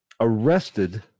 arrested